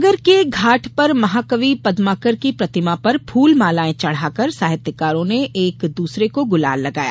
सागर के घाट पर महाकवि पदमाकर की प्रतिमा पर फ़ल मालाएं चढाकर साहित्यकारों ने एक दूसरे को गुलाल लगाया